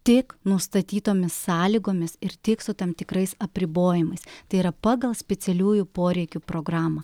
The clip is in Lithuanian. tik nustatytomis sąlygomis ir tik su tam tikrais apribojimais tai yra pagal specialiųjų poreikių programą